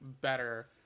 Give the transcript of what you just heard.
better